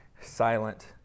silent